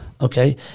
Okay